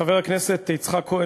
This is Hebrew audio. חבר הכנסת יצחק כהן,